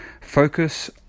focus